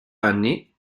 anni